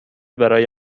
برای